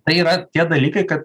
tai yra tie dalykai kad